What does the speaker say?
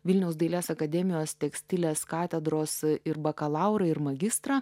vilniaus dailės akademijos tekstilės katedros ir bakalaurą ir magistrą